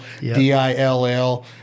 d-i-l-l